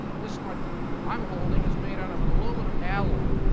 this one i'm holding is made out of an aluminum alloy.